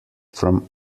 from